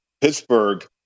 Pittsburgh